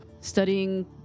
studying